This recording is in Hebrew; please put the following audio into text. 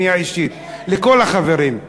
פנייה אישית לכל החברים: